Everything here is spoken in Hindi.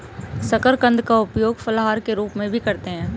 शकरकंद का प्रयोग फलाहार के रूप में भी करते हैं